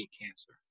cancer